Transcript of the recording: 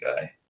guy